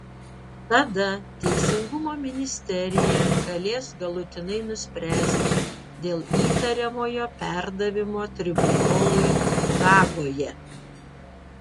tada teisingumo ministerija galės galutinai nuspręsti dėl įtariamojo perdavimo tribunolui hagoje